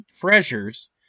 treasures